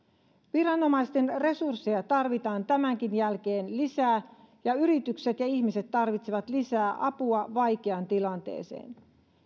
viranomaisten resursseja tarvitaan tämänkin jälkeen lisää ja yritykset ja ihmiset tarvitsevat lisää apua vaikeaan tilanteeseen